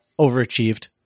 overachieved